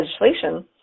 legislation